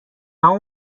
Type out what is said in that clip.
اون